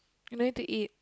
you no need to eat